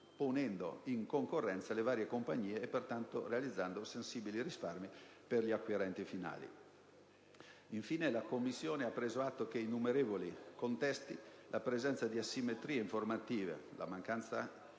ponendo in concorrenza le varie compagnie e realizzando così sensibili risparmi per gli acquirenti finali. Infine, la Commissione ha preso atto che in numerosi contesti la presenza di asimmetrie informative, la mancanza di